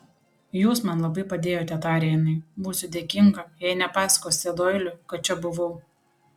jūs man labai padėjote tarė jinai būsiu dėkinga jei nepasakosite doiliui kad čia buvau